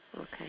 Okay